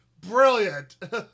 Brilliant